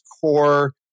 core